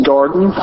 Garden